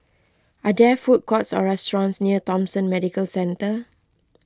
are there food courts or restaurants near Thomson Medical Centre